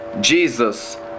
Jesus